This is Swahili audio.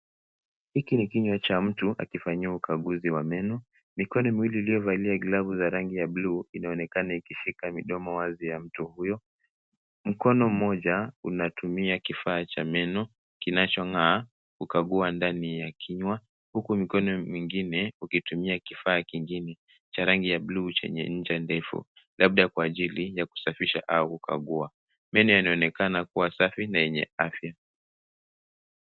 Hiki ni kinywa cha mtu akifanyiwa ukaguzi wa meno. Mikono miwili iliyovalia glavu za buluu inaonekana ikishika midomo wazi ya mtu huyo. Mkono mmoja unatumia kifaa cha meno kinachong'aa kukagua ndani ya kinya huku mikono mingine ukitumia kifaa kingine cha rangi ya buluu chenye ncha ndefu, labda kwa ajili ya kusafisha au kukagua. Meno yanaonekana kuwa safi na yenye afya.